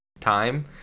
time